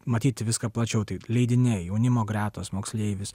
matyti viską plačiau tai leidiniai jaunimo gretos moksleivis